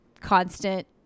constant